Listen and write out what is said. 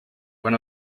quan